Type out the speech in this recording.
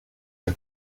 the